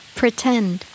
pretend